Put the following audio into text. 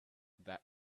that